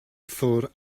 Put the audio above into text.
ffwrdd